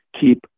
keep